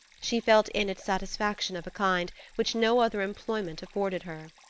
she felt in it satisfaction of a kind which no other employment afforded her.